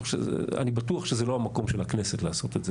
אני בטוח שזה לא המקום של הכנסת לעשות את זה.